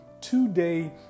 today